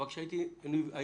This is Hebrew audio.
אבל כשהיינו נפגשים